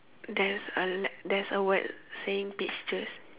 there's a there's a word saying peaches